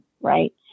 Right